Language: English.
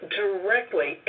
directly